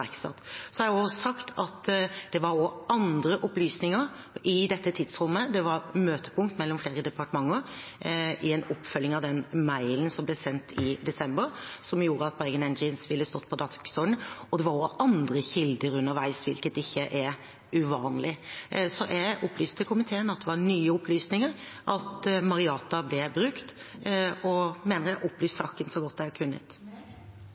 Så har jeg også sagt at det var også andre opplysninger i dette tidsrommet. Det var et møtepunkt mellom flere departementer, i en oppfølging av den mailen som ble sendt i desember, som gjorde at Bergen Engines ville stått på dagsordenen. Det var også andre kilder underveis, hvilket ikke er uvanlig. Så jeg opplyste til komiteen at det var nye opplysninger at «Marjata» ble brukt, og mener jeg har opplyst saken så godt jeg har kunnet.